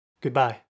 Goodbye